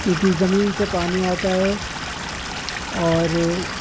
کیوں کہ زمین سے پانی آتا ہے اور